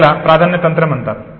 याला प्राधान्य तंत्र म्हणतात